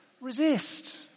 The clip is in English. Resist